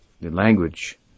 language